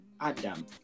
Adam